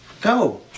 Go